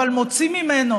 אבל מוציא ממנו